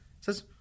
says